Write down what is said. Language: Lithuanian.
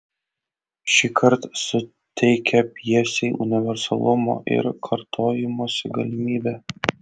šįkart suteikia pjesei universalumo ir kartojimosi galimybę